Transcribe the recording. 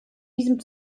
diesem